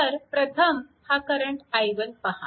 तर प्रथम हा करंट i1 पहा